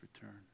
return